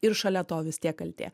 ir šalia to vis tiek kaltė